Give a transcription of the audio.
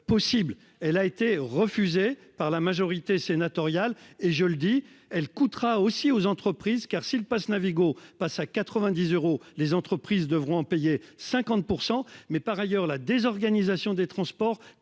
Possible. Elle a été refusée par la majorité sénatoriale et je le dis elle coûtera aussi aux entreprises. Car si le passe Navigo passe à 90 euros. Les entreprises devront en payer 50%. Mais par ailleurs, la désorganisation des transports